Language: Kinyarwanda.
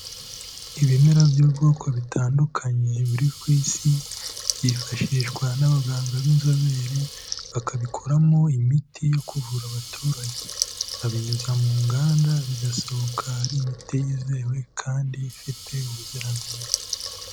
Ibimera by'ubwoko bitandukanye biri ku Isi, byifashishwa n'abaganga b'inzobere bakabikoramo imiti yo kuvura abaturage, babinyuza mu nganda bigasoka ari imiti yizewe kandi ifite ubuziranenge.